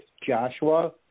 Joshua